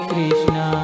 Krishna